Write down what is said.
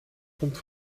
komt